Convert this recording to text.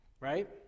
right